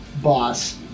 boss